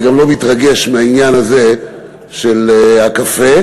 אני גם לא מתרגש מהעניין הזה של הקפה,